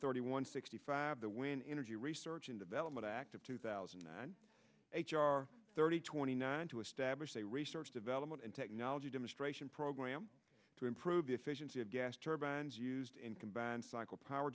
thirty one sixty five the wind energy research and development act of two thousand and eight thirty twenty nine to establish a research development and technology demonstration program to improve the efficiency of gas turbines used in combined cycle power